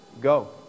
go